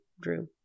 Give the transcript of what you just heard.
Drew